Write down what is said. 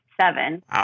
seven